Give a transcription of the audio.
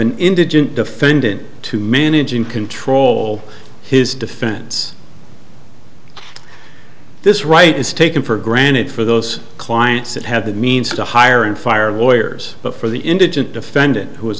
an indigent defendant to manage and control his defense this right is taken for granted for those clients that have the means to hire and fire lawyers but for the indigent defendant who was